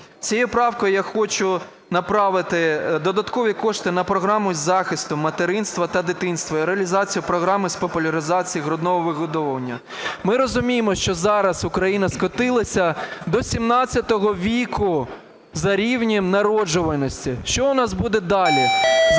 Цією правкою я хочу направити додаткові кошти на програму із захисту материнства та дитинства і реалізацію програми з популяризації грудного вигодовування. Ми розуміємо, що зараз Україна скотилася до ХVII віку з рівнем народжуваності. Що у нас буде далі?